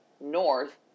north